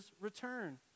return